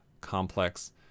complex